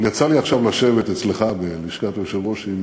אבל יצא לי עכשיו לשבת אצלך, בלשכת היושב-ראש, עם